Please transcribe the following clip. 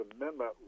amendment